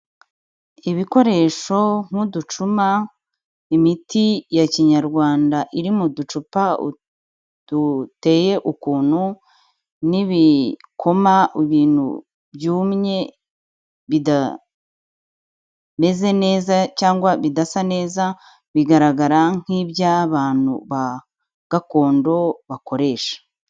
Ibikoresho nk'uducuma, imiti ya Kinyarwanda iri mu ducupa duteye ukuntu, n'ibikoma ibintu byumye bidameze neza cyangwa bidasa neza bigaragara nk'iby'abantu ba gakondo bakoresha.